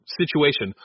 situation